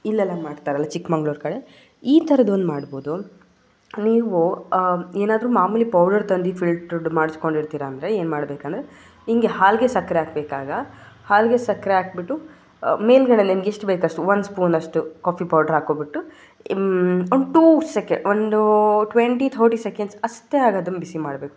ಇಲ್ಲೆಲ್ಲ ಮಾಡ್ತಾರಲ್ಲ ಚಿಕ್ಕಮಂಗ್ಳೂರು ಕಡೆ ಈ ಥರದ್ದೊಂದು ಮಾಡ್ಬೋದು ನೀವು ಏನಾದರೂ ಮಾಮೂಲಿ ಪೌಡರ್ ತಂದಿದ್ದು ಫಿಲ್ಟರದ್ದು ಮಾಡಿಸ್ಕೊಂಡಿರ್ತೀರಾ ಅಂದರೆ ಏನು ಮಾಡಬೇಕಂದ್ರೆ ಹೀಗೆ ಹಾಲಿಗೆ ಸಕ್ಕರೆ ಹಾಕ್ಬೇಕಾಗ ಹಾಲಿಗೆ ಸಕ್ಕರೆ ಹಾಕ್ಬಿಟ್ಟು ಮೇಲುಗಡೆ ನಮ್ಗೆಷ್ಟು ಬೇಕಷ್ಟು ಒಂದು ಸ್ಪೂನಷ್ಟು ಕಾಫಿ ಪೌಡ್ರ್ ಹಾಕ್ಕೊಬಿಟ್ಟು ಒಂದು ಟು ಸೆಕೆ ಒಂದು ಟ್ವೆಂಟಿ ಥರ್ಟಿ ಸೆಕೆಂಡ್ಸ್ ಅಷ್ಟೇ ಆಗದನ್ನು ಬಿಸಿ ಮಾಡಬೇಕು